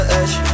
edge